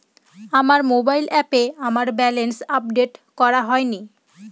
আমার মোবাইল অ্যাপে আমার ব্যালেন্স আপডেট করা হয়নি